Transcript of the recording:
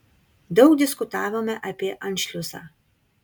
daug diskutavome apie anšliusą